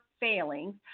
failings